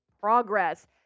progress